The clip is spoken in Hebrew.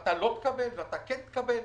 ואתה לא תקבל ואתה כן תקבל.